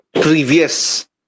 previous